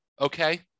Okay